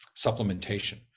supplementation